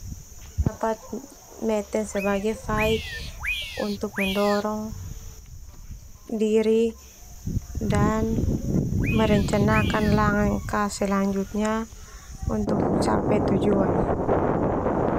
Mete sebagai faik untuk mendorong diri dan merencanakan langkah selanjutnya untuk capai tujuan.